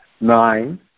nine